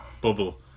bubble